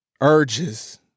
urges